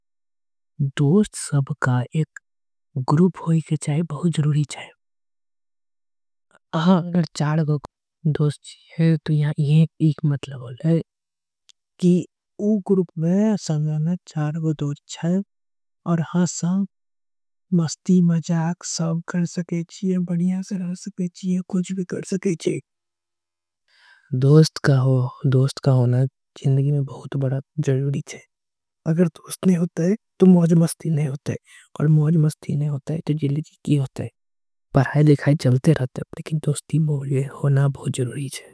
दोस्ट सबका एक गुरूप होई के चाए बहुत ज़रूरी चाए अगर। चार गो कोई दोस्ट चाहे तो यह एक मतलब होगा कि उग। गुरूप में असंजान चार गो दोस्ट चाहे और हसं मस्ती मजाख। सब कर सकेची है बढिया सरसकेची है कुछ भी कर सकेची है। दोस्ट का हो दोस्ट का होना चेनिगी में बहुत। बड़ा जरूरी चाहे अगर दोस्त नहीं होते तो मोजमस्ताइ नहीं होते। और मोजमस्ता नहीं ओता त तो जीगारभी की होते हैं बरहाय। दिखाय चलते रहा थे बुरेकिन दोस्ती मोजमस्ताइ होना भुजुरी है।